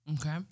Okay